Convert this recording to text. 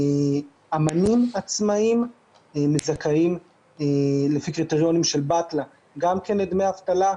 אומנים עצמאיים זכאיים לפי קריטריונים של בטל"א גם כן לדמי אבטלה,